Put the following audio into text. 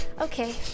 Okay